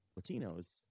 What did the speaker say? Latinos